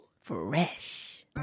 Fresh